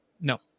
No